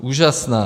Úžasná.